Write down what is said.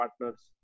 partners